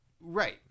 Right